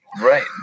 right